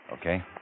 Okay